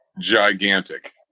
gigantic